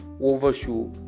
overshoe